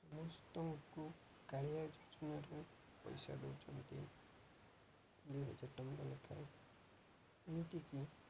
ସମସ୍ତଙ୍କୁ କାଳିଆ ଯୋଜନାରେ ପଇସା ଦେଉଛନ୍ତି ଦୁଇ ହଜାର ଟଙ୍କା ଲେଖାଏଁ ଏମିତିକି